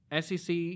SEC